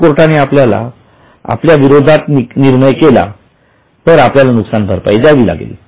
जर कोर्टाने आपल्या विरोधात निर्णय केला तर आपल्याला नुकसानभरपाई द्यावी लागेल